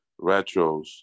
Retros